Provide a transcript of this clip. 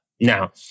Now